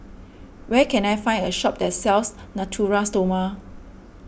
where can I find a shop that sells Natura Stoma